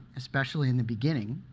especially in the beginning.